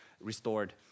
restored